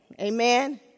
Amen